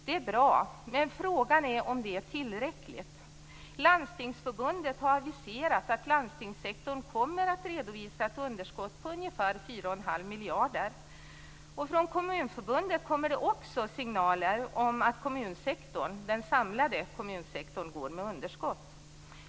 Det är bra, men frågan är om det är tillräckligt. Landstingsförbundet har aviserat att landstingssektorn kommer att redovisa ett underskott på ungefär 4,5 miljarder. Från Kommunförbundet kommer också signaler om att den samlade kommunsektorn går med underskott.